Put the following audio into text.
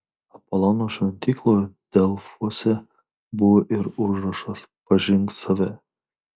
apolono šventykloje delfuose buvo ir užrašas pažink save